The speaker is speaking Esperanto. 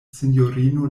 sinjorino